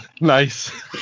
Nice